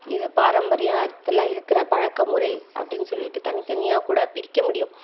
இது பாரம்பரியத்தில் இருக்கிற பழக்க முறை அப்படினு சொல்லிட்டு தனி தனியாக கூட பிரிக்க முடியும்